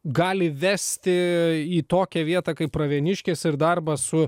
gali vesti į tokią vietą kaip pravieniškės ir darbą su